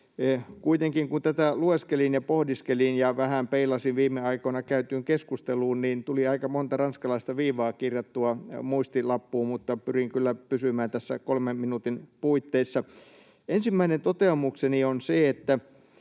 Kuitenkin, kun tätä lueskelin ja pohdiskelin ja vähän peilasin viime aikoina käytyyn keskusteluun, niin tuli aika monta ranskalaista viivaa kirjattua muistilappuun, mutta pyrin kyllä pysymään tässä kolmen minuutin puitteissa. Ensimmäinen toteamukseni on se, että